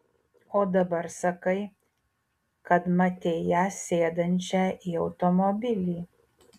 o dabar sakai kad matei ją sėdančią į automobilį